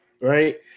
right